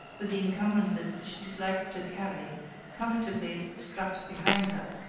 with the encumbrances she disliked to carry comfortably strapped behind her,